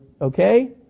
Okay